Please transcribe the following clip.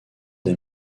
des